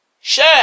Share